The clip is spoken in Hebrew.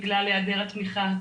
בגלל היעדר התמיכה,